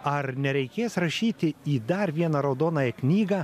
ar nereikės rašyti į dar vieną raudonąją knygą